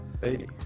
Hey